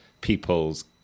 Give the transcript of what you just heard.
people's